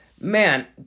man